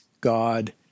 God